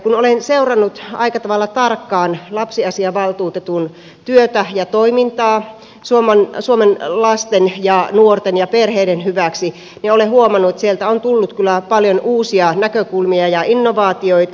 kun olen seurannut aika tavalla tarkkaan lapsiasiavaltuutetun työtä ja toimintaa suomen lasten ja nuorten ja perheiden hyväksi olen huomannut että sieltä on tullut kyllä paljon uusia näkökulmia ja innovaatioita